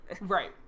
Right